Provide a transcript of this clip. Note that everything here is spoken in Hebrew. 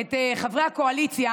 את חברי הקואליציה